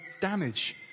damage